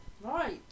Right